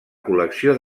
col·lecció